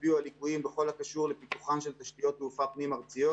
הצביעו על ליקויים בכל הקשור לפיתוחן של תשתיות תעופה פנים-ארציות.